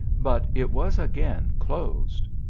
but it was again closed.